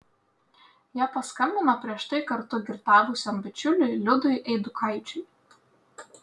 jie paskambino prieš tai kartu girtavusiam bičiuliui liudui eidukaičiui